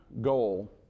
goal